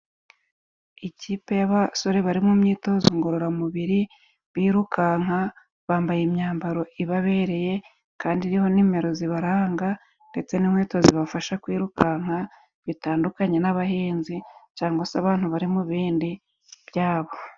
Ikipe y'abasore bari mu myitozo ngororamubiri, birukanka bambaye imyambaro ibabereye, kandi iriho nimero zibaranga, ndetse n'inkweto zibafasha kuyirukanka, bitandukanye n'abahinzi, cangwa se abantu bari mu bindi byabo.